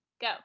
go